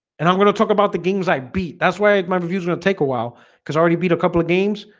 and i'm gonna talk about the games i beat that's why it might refuse gonna take a while cuz already beat a couple of games.